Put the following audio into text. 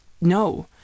no